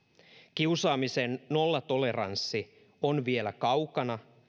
kiusaamisen nollatoleranssi on vielä kaukana